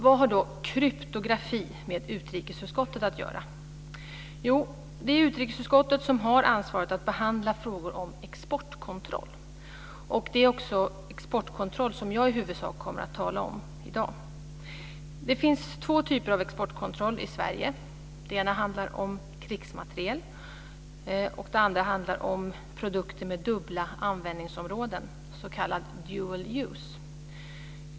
Vad har då kryptografi med utrikesutskottet att göra? Jo, det är utrikesutskottet som har ansvaret för att behandla frågor om exportkontroll, och det är också exportkontroll som jag i huvudsak kommer att tala om i dag. Det finns två typer av exportkontroll i Sverige. Den ena handlar om krigsmateriel, och den andra handlar om produkter med dubbla användningsområden, s.k. dual use.